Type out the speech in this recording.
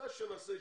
מתי אתה רוצה?